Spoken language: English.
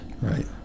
Right